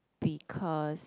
because